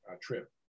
trip